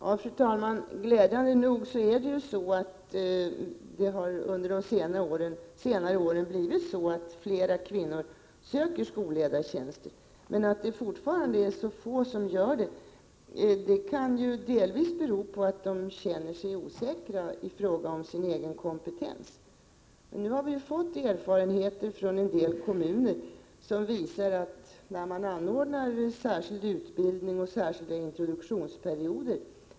Fru talman! Glädjande nog har ju under senare år allt fler kvinnor sökt skolledartjänster. Att det fortfarande är så få kvinnor som gör det kan delvis bero på att många kvinnor känner sig osäkra i fråga om sin egen kompetens. Nu har vi ju fått erfarenheter från en del kommuner där man anordnat särskild utbildning och infört särskilda introduktionsperioder.